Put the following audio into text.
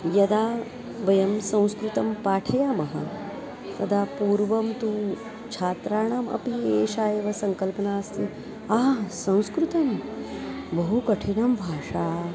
यदा वयं संस्कृतं पाठयामः तदा पूर्वं तु छात्राणामपि एषा एव सङ्कल्पना अस्ति आह् संस्कृतं बहु कठिना भाषा